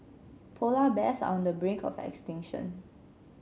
polar bears are on the brink of extinction